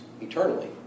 eternally